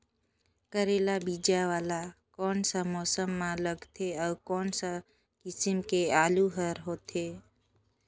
करेला बीजा वाला कोन सा मौसम म लगथे अउ कोन सा किसम के आलू हर होथे?